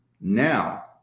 now